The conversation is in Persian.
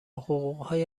حقوقهای